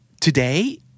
today